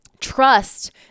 trust